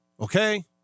okay